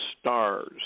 stars